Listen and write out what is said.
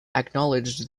acknowledged